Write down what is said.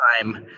Time